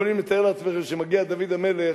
ואתם יכולים לתאר לעצמכם שמגיע דוד המלך,